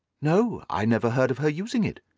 no, i never heard of her using it.